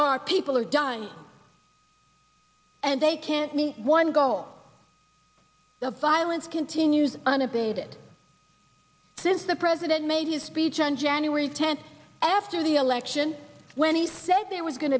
our people are dying and they can't meet one goal the violence continues unabated since the president made his speech on january tenth after the election when he said there was going